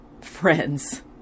friends